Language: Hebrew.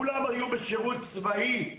כולם היו בשירות צבאי.